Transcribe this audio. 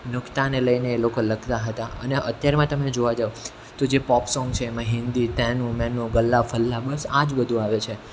નુક્તાને લઈને એ લોકો લખતા હતા અને અત્યારમાં તમે જોવા જાવ તો જે પોપ સોંગ છે એમાં હિન્દી તેનું મેનું ગલ્લા ફલ્લા બસ આ જ બધું આવે છે